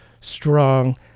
strong